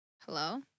Hello